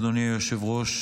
אדוני היושב-ראש,